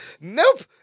Nope